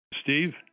Steve